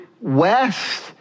west